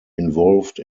involved